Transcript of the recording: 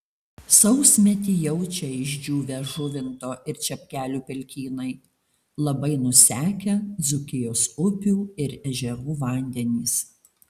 sausmetį jaučia išdžiūvę žuvinto ir čepkelių pelkynai labai nusekę dzūkijos upių ir ežerų vandenys